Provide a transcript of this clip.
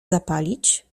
zapalić